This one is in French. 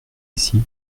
ici